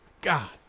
God